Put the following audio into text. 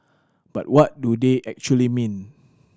but what do they actually mean